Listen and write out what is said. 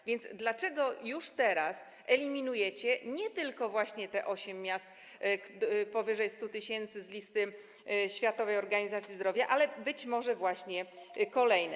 A więc dlaczego już teraz eliminujecie nie tylko właśnie te osiem miast powyżej 100 tys. z listy Światowej Organizacji Zdrowia, ale być może właśnie kolejne?